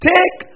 Take